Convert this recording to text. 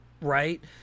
right